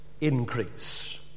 increase